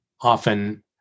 often